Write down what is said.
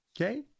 Okay